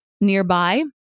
nearby